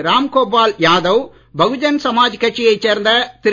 ராம்கோபால் யாதவ் பகுஜன் சமாஜ் கட்சியைச் சேர்ந்த திரு